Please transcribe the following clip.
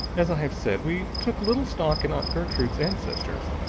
as i have said, we took little stock in aunt gertrude's ancestors.